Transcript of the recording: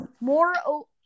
more